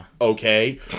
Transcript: okay